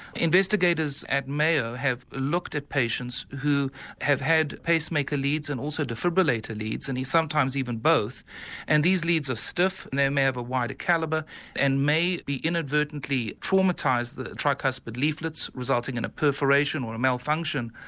investigators at mayo have looked at patients who have had pacemaker leads and also defibrillator leads and sometimes even both and these leads are stiff, and they may have a wider calibre and may be inadvertently traumatising the tricuspid leaflets resulting in a perforation or a malfunction.